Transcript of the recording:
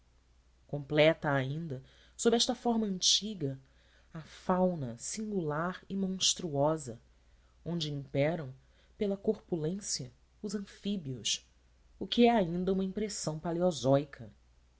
completa a ainda sob esta forma antiga a fauna singular e monstruosa onde imperam pela corpulência os anfíbios o que é ainda uma impressão paleozóica